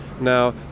Now